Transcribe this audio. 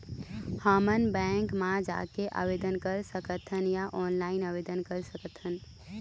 हमन बैंक मा जाके आवेदन कर सकथन या ऑनलाइन आवेदन कर सकथन?